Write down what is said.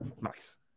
nice